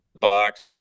box